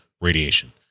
radiation